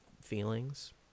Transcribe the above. feelings